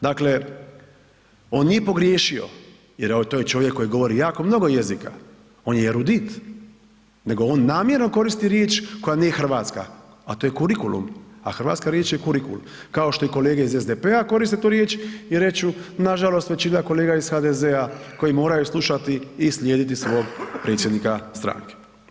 Dakle, on nije pogriješio jer to je čovjek koji govori jako mnogo jezika, on je jarudit, nego on namjerno koristi riječ koja nije hrvatska, a to je kurikulum, a hrvatska riječ je kurikul, kao što i kolege iz SDP-a koriste tu riječ i reču nažalost većina kolega iz HDZ-a koji moraju slušati i slijediti svog predsjednika stranke.